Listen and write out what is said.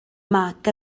mag